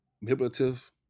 manipulative